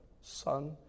Son